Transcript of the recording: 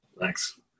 thanks